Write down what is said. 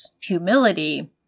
humility